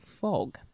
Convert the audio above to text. fog